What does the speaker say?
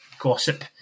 gossip